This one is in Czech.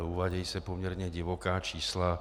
Uvádějí se poměrně divoká čísla.